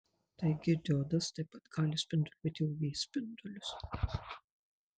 taigi diodas taip pat gali spinduliuoti uv spindulius